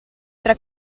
tre